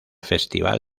festival